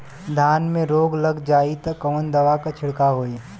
धान में रोग लग जाईत कवन दवा क छिड़काव होई?